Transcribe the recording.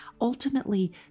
Ultimately